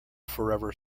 forever